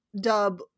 dub